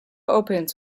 opens